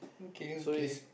okay okay